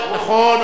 נכון,